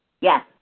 Yes